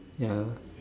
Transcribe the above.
ya